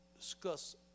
discuss